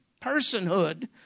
personhood